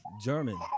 German